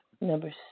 Number